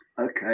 Okay